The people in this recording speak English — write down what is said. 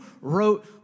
wrote